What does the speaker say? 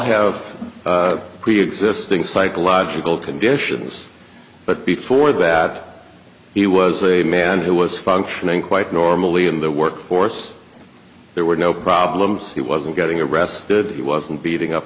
have preexisting psychological conditions but before that he was a man who was functioning quite normally in the workforce there were no problems he wasn't getting arrested he wasn't beating up